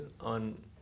on